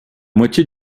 moitié